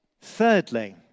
Thirdly